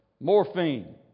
Morphine